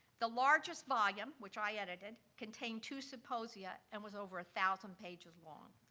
the largest volume, which i edited, contained two symposia and was over a thousand pages long.